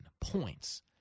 points